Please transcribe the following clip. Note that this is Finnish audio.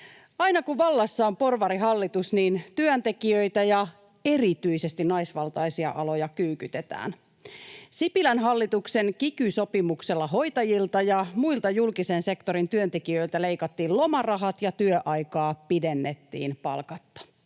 Aina kun vallassa on porvarihallitus, niin työntekijöitä ja erityisesti naisvaltaisia aloja kyykytetään. Sipilän hallituksen kiky-sopimuksella hoitajilta ja muilta julkisen sektorin työntekijöiltä leikattiin lomarahat ja työaikaa pidennettiin palkatta.